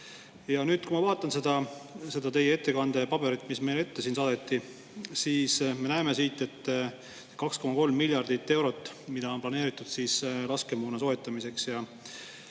panustavad. Kui ma vaatan seda teie ettekande paberit, mis meile ette saadeti, siis me näeme siit, et 2,3 miljardit eurot on planeeritud laskemoona soetamiseks ja